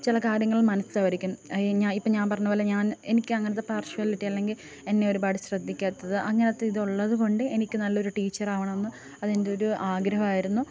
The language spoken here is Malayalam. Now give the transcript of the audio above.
ചില കാര്യങ്ങൾ മനസ്സുവരിക്കും ഞാൻ ഇപ്പോൾ ഞാൻ പറഞ്ഞതു പോലെ ഞാൻ എനിക്കങ്ങനത്തെ പാർഷ്വാലിറ്റി അല്ലെങ്കിൽ എന്നെ ഒരുപാട് ശ്രദ്ധിക്കാത്തത് അങ്ങനത്തെ ഇത് ഉള്ളതു കൊണ്ട് എനിക്ക് നല്ലൊരു ടീച്ചറാകണമെന്ന് അതെൻറ്റൊരു ആഗ്രഹമായിരുന്നു